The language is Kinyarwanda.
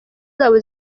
zabo